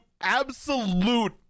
absolute